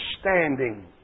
standing